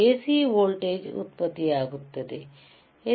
C voltage ಉತ್ಪತ್ತಿಯಾಗುತ್ತದೆ